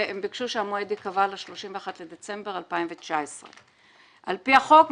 והן ביקשו שהמועד ייקבע ל-31 בדצמבר 2019. על-פי החוק,